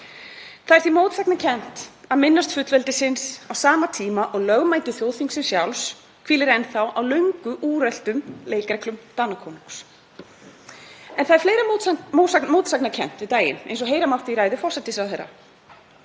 Það er því mótsagnakennt að minnast fullveldisins á sama tíma og lögmæti þjóðþingsins sjálfs hvílir enn þá á löngu úreltum leikreglum Danakonungs. En það er fleira mótsagnakennt við daginn, eins og heyra mátti í ræðu hæstv. forsætisráðherra.